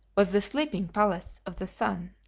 was the sleeping palace of the sun.